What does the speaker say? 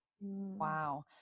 Wow